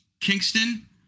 Kingston